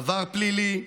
עבר פלילי,